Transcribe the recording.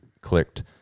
clicked